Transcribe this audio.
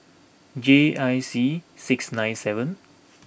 J I C six nine seven